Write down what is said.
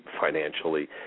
financially